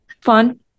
fun